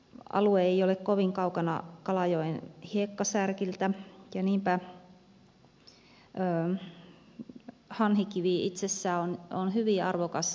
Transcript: alue ei ole kovin kaukana kalajoen hiekkasärkiltä ja niinpä hanhikivi itsessään on hyvin arvokas luontokohde